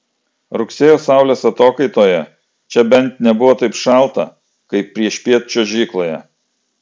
rugsėjo saulės atokaitoje čia bent nebuvo taip šalta kaip priešpiet čiuožykloje